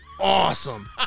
awesome